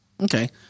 Okay